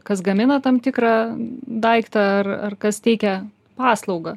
kas gamina tam tikrą daiktą ar ar kas teikia paslaugą